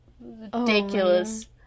ridiculous